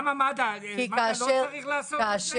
מד"א לא צריך לעשות את זה?